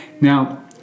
Now